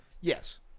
Yes